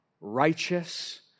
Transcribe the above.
righteous